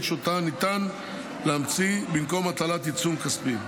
שאותה ניתן להמציא במקום הטלת עיצום כספי.